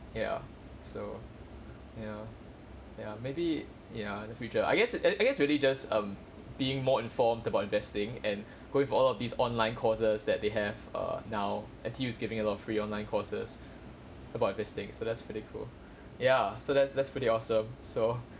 ya so ya ya maybe ya the future I guess I guess really just um being more informed about investing and going for all of these online courses that they have err now N_T_U is giving a lot of free online courses about this thing so that's pretty cool ya so that's that's pretty awesome so